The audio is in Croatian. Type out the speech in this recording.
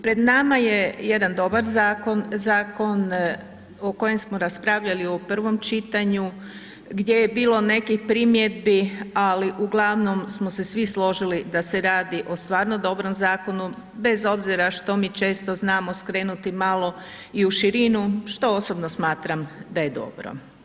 Pred nama je jedan dobar zakon, zakon o kojem smo raspravljali u prvom čitanju gdje je bilo nekih primjedbi, ali uglavnom smo se svi složili da se radi o stvarno dobrom zakonu, bez obzira što mi često znamo skrenuti malo i u širinu, što osobno smatram da je dobro.